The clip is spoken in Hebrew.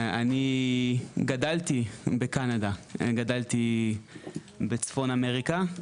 אני גדלתי בקנדה, גדלתי בצפון אמריקה,